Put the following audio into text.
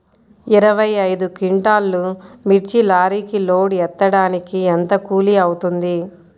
ఇరవై ఐదు క్వింటాల్లు మిర్చి లారీకి లోడ్ ఎత్తడానికి ఎంత కూలి అవుతుంది?